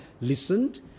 listened